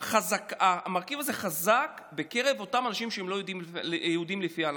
חזק בקרב אותם אנשים שהם לא יהודים לפי ההלכה.